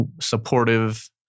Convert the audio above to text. supportive